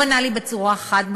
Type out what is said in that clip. הוא ענה לי בצורה חד-משמעית: